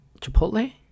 Chipotle